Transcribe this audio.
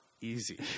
Easy